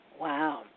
Wow